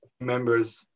members